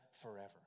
forever